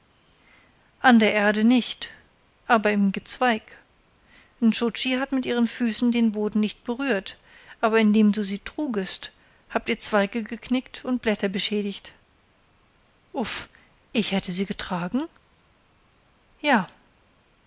an der erde nicht aber im gezweig nscho tschi hat mit ihren füßen den boden nicht berührt aber indem du sie trugest habt ihr zweige geknickt und blätter beschädigt uff ich hätte sie getragen ja